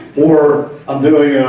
or i'm doing